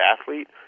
athlete